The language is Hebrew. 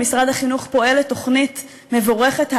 במשרד החינוך פועלת תוכנית מבורכת,